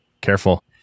careful